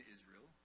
Israel